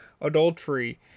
adultery